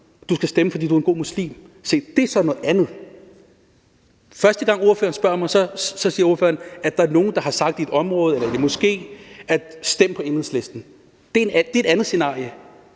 du skal stemme, fordi du er en god muslim. Se, det er så noget andet. Første gang ordføreren spørger mig, siger ordføreren, at der er nogle, der i et område eller i en moské har sagt: Stem på Enhedslisten. Det er ét scenarie,